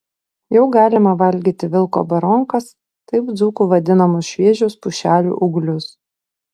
jau galima valgyti vilko baronkas taip dzūkų vadinamus šviežius pušelių ūglius